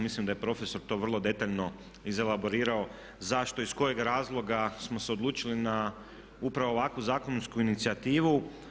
Mislim da je profesor to vrlo detaljno izelaborirao zašto iz kojeg razloga smo se odlučili na upravo ovakvu zakonsku inicijativu.